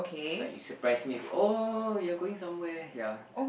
like you surprise me oh you're going somewhere ya